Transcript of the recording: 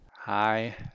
Hi